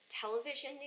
television